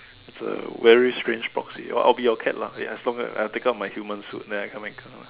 it's a very strange proxy or I be your cat lah as long I take out my human suit then I can make up